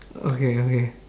okay okay